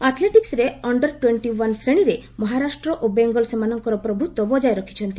ଆଥ୍ଲେଟିକ୍ନରେ under twenty one ଶ୍ରେଣୀରେ ମହାରାଷ୍ଟ୍ର ଓ ବେଙ୍ଗଲ ସେମାନଙ୍କର ପ୍ରଭୁତ୍ୱ ବଜାୟ ରଖିଛନ୍ତି